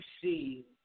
see